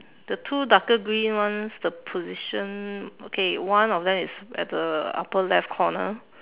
the two darker green ones the position okay one of them is at the upper left corner